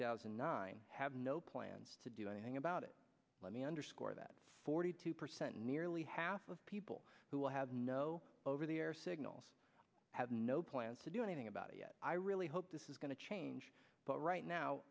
nine have no plans to do anything about it let me underscore that forty two percent nearly half of people who have no over the air signals have no plans to do anything about it yet i really hope this is going to change but right now